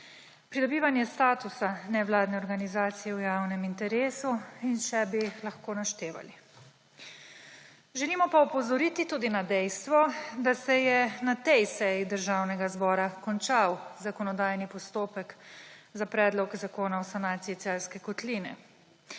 pridobivanje statusa nevladne organizacije v javnem interesu in še bi lahko naštevali. Želimo pa opozoriti tudi na dejstvo, da se je na tej seji Državnega zbora končal zakonodajni postopek za predlog zakona o sanaciji Celjske kotline.